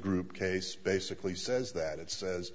group case basically says that it says